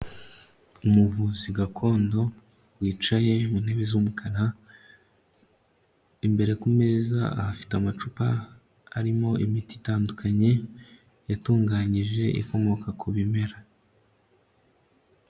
Umuvuzi gakondo wicaye mu ntebe z'umukara, imbere ku meza ahafite amacupa arimo imiti itandukanye yatunganyije ikomoka ku bimera.